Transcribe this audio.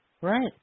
Right